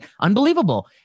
Unbelievable